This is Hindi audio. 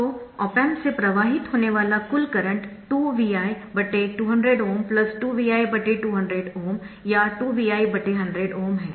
तो ऑप एम्प से प्रवाहित होने वाला कुल करंट 2×Vi 200Ω 2×Vi 200Ω या 2×Vi 100Ω है